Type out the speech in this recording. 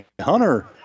Hunter